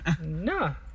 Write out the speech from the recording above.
No